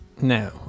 No